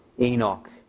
Enoch